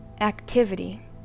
activity